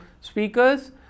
speakers